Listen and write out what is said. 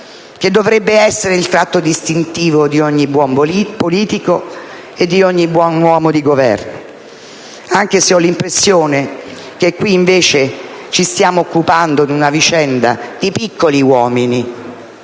che dovrebbe essere il tratto distintivo di ogni buon politico e di ogni buon uomo di Governo, anche se ho l'impressione che qui, invece, ci stiamo occupando di una vicenda di piccoli uomini,